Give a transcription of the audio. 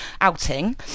outing